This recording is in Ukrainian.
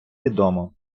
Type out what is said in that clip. відомо